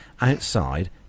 outside